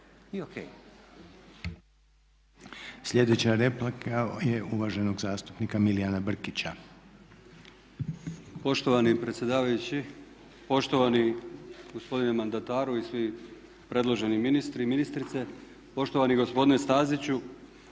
Sljedeća replika je uvaženog zastupnika Milijana Brkića. **Brkić, Milijan (HDZ)** Poštovani predsjedavajući, poštovani gospodine mandataru i svi predloženi ministri i ministrice. Poštovani gospodine Staziću